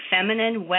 Feminine